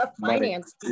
finance